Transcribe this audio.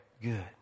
good